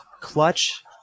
clutch